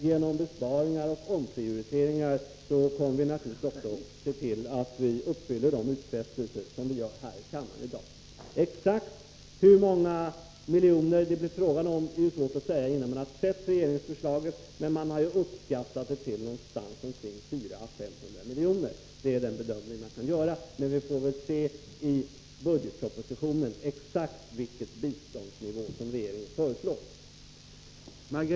Genom besparingar och omprioriteringar kommer vi naturligtvis också att se till att vi uppfyller de utfästelser som vi gör här i kammaren i dag. Exakt hur många miljoner kronor det blir fråga om är svårt att säga innan man har sett regeringsförslaget, men man har uppskattat summan till 400-500 milj.kr. Det är den bedömning som kan göras. Vi får väl se i budgetpropositionen vilken exakt biståndsnivå som regeringen föreslår.